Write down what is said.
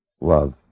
Love